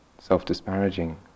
self-disparaging